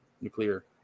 Nuclear